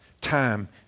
time